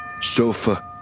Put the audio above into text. Sofa